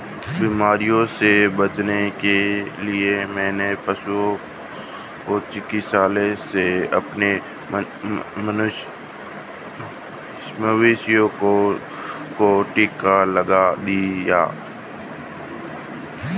बीमारियों से बचने के लिए मैंने पशु चिकित्सक से अपने मवेशियों को टिका लगवा दिया है